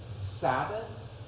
Sabbath